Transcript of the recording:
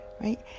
right